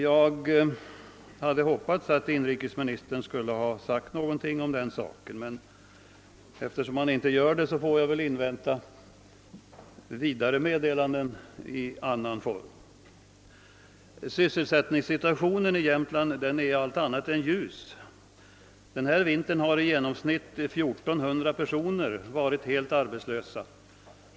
Jag hade hoppats att inrikesministern skulle säga någonting om detta, men eftersom han inte gör det får jag väl invänta vidare meddelanden i annan form. Sysselsättningssituationen i Jämtland är allt annat än ljus. Denna vinter har i genomsnitt 1400 personer varit helt arbetslösa.